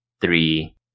three